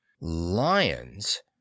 Lions